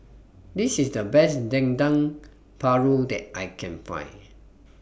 This IS The Best Dendeng Paru that I Can Find